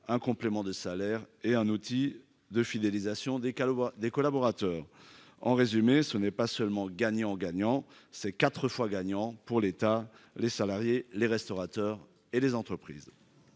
un complément de salaire et un outil de fidélisation des des collaborateurs, en résumé, ce n'est pas seulement gagnant gagnant, c'est 4 fois gagnant pour l'État, les salariés, les restaurateurs et les entreprises.